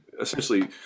essentially